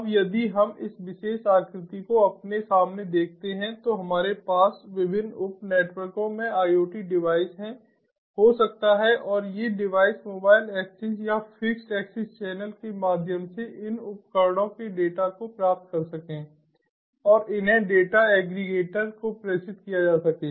अब यदि हम इस विशेष आकृति को अपने सामने देखते हैं तो हमारे पास विभिन्न उप नेटवर्कों में IoT डिवाइस हैं हो सकता है और ये डिवाइस मोबाइल एक्सिस या फिक्स्ड ऐक्सिस चैनल के माध्यम से इन उपकरणों के डेटा को प्राप्त कर सकें और इन्हें डेटा एग्रीगेटर को प्रेषित किया जा सके